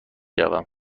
روم